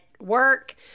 work